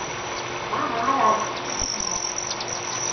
हाँ हाँ राजमे का ही दाल